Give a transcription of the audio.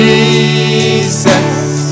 Jesus